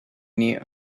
knew